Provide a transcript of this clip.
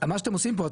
מה שאתם עושים פה,